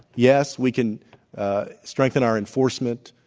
yes, we can strengthen our enforcement,